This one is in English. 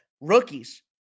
rookies